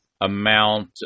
amount